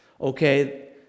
okay